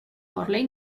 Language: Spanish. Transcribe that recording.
morley